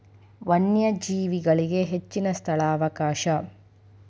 ವನ್ಯಜೇವಿಗಳಿಗೆ ಹೆಚ್ಚಿನ ಸ್ಥಳಾವಕಾಶ